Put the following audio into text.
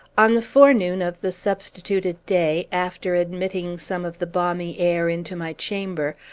on the forenoon of the substituted day, after admitting some of the balmy air into my chamber,